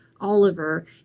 Oliver